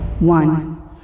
One